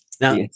Now